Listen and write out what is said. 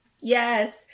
Yes